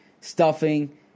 stuffing